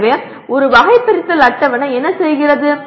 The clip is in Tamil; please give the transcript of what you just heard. எனவே ஒரு வகைபிரித்தல் அட்டவணை என்ன செய்கிறது